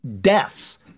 deaths